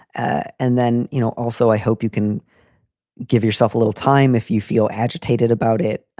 ah and then you know also, i hope. you can give yourself a little time if you feel agitated about it.